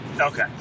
Okay